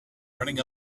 running